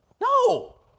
No